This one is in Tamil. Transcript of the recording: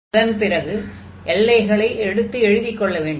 அதன் பிறகு எல்லைகளை எடுத்து எழுதிக் கொள்ள வேண்டும்